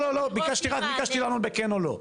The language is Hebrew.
ביקשתי רק לענות בכן או לא,